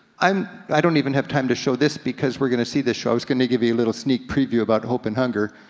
um i don't even have time to show this, because we're gonna see this show. i was gonna give you a little sneak preview about hope and hunger,